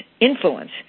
influence